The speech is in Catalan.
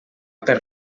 per